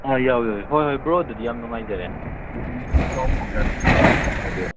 ꯑꯥ ꯌꯥꯎꯋꯤ ꯌꯥꯎꯋꯤ ꯍꯣꯏ ꯍꯣꯏ ꯕ꯭ꯔꯣ ꯑꯗꯨꯗꯤ ꯌꯥꯝ ꯅꯨꯡꯉꯥꯏꯖꯔꯦ ꯍꯌꯦꯡ ꯄꯥꯎ ꯐꯥꯎꯅꯔꯁꯦ ꯐꯖꯅ ꯒꯥꯏꯗ ꯇꯧꯕꯤꯔꯣ